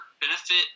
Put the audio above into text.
benefit